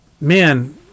Man